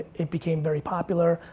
it became very popular,